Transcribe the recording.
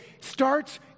starts